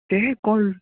तें कोळ